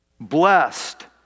Blessed